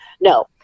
No